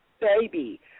baby